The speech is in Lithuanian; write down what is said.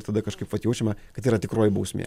ir tada kažkaip vat jaučiame kad yra tikroji bausmė